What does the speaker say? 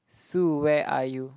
Sue where are you